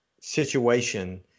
situation